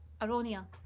Aronia